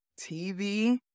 TV